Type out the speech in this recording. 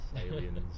aliens